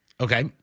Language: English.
Okay